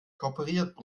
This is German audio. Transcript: kooperiert